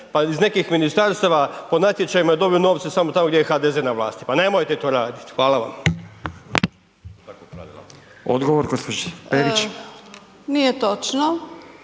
pa iz nekih ministarstava po natječajima dobiju novce samo tamo gdje je HDZ na vlasti, pa nemojte to raditi, hvala vam. **Radin, Furio